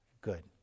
good